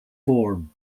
form